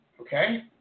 Okay